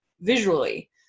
visually